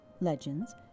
legends